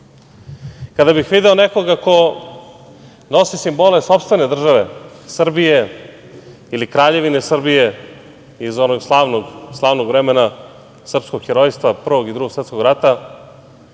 Kada bih video nekoga ko nosi simbole sopstvene države, Srbije ili Kraljevine Srbije iz onog slavnog vremena srpskog herojstva Prvog i Drugog svetskog rata,